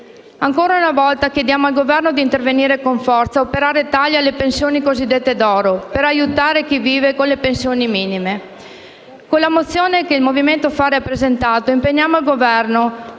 Ancora una volta, chiediamo al Governo di intervenire con forza e operare tagli alle pensioni così dette d'oro e per aiutare chi vive con le pensioni minime. Con la mozione che il Movimento Fare! ha presentato impegniamo il Governo